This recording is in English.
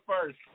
first